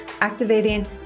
activating